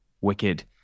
Wicked